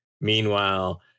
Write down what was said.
Meanwhile